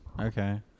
Okay